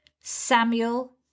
Samuel